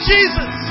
Jesus